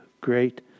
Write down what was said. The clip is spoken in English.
great